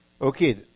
Okay